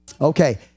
Okay